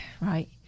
right